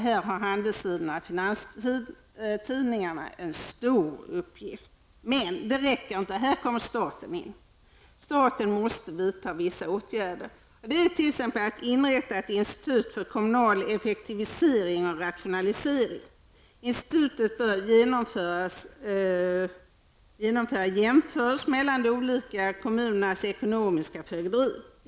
Här har alltså handels och finanstidningarna en stor uppgift att fylla. Men det räcker inte, utan här kommer också staten in i bilden. Den måste vidta vissa åtgärder. Så till exempel bör man inrätta ett institut för kommunal effektivisering och rationalisering. Institutet bör göra jämförelser mellan de olika kommunernas ekonomiska fögderi.